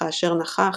וכאשר נכח,